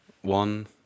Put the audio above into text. one